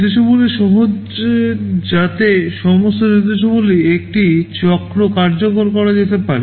নির্দেশাবলী সহজ যাতে সমস্ত নির্দেশাবলী একটি চক্র কার্যকর করা যেতে পারে